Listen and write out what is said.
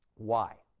why?